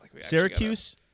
Syracuse